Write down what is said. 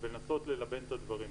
ולנסות ללבן את הדברים.